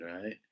Right